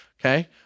okay